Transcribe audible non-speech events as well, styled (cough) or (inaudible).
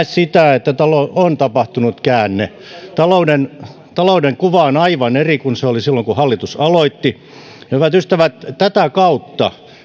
(unintelligible) sitä että on tapahtunut käänne talouden talouden kuva on aivan eri kuin se oli silloin kun hallitus aloitti hyvät ystävät tätä kautta